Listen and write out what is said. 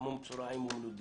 כמו מצורעים ומנודים.